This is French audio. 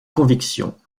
conviction